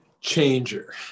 changer